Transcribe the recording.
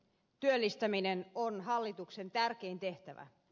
työllistäminen on hallituksen tärkein tehtävä